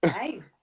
Hey